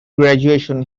graduation